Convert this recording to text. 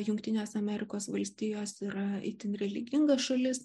jungtinės amerikos valstijos yra itin religinga šalis